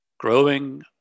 growing